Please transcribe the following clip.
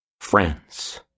friends